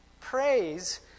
Praise